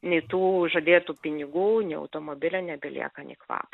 nei tų žadėtų pinigų nei automobilio nebelieka nei kvapo